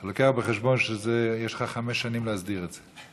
אתה לוקח בחשבון שיש לך חמש שנים להסדיר את זה.